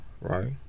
right